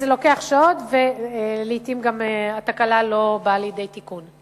זה לוקח שעות, ולעתים התקלה לא באה לידי תיקון.